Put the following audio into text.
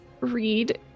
read